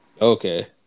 okay